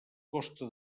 costa